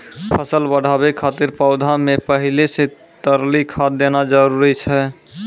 फसल बढ़ाबै खातिर पौधा मे पहिले से तरली खाद देना जरूरी छै?